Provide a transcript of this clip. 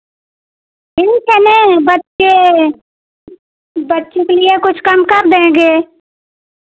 ठीक है ना बच्चे बच्चों के लिए कुछ कम कर देंगे